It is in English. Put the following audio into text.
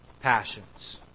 passions